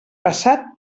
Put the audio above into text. passat